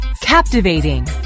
Captivating